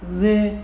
जे